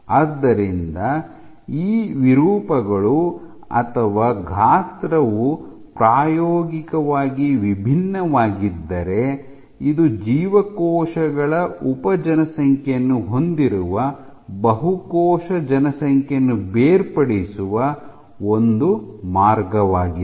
ಆದ್ದರಿಂದ ಈ ವಿರೂಪಗಳು ಅಥವಾ ಗಾತ್ರವು ಪ್ರಾಯೋಗಿಕವಾಗಿ ವಿಭಿನ್ನವಾಗಿದ್ದರೆ ಇದು ಜೀವಕೋಶಗಳ ಉಪ ಜನಸಂಖ್ಯೆಯನ್ನು ಹೊಂದಿರುವ ಬಹು ಕೋಶ ಜನಸಂಖ್ಯೆಯನ್ನು ಬೇರ್ಪಡಿಸುವ ಒಂದು ಮಾರ್ಗವಾಗಿದೆ